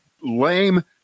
lame